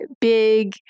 big